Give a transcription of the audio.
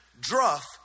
Druff